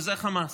וזה חמאס.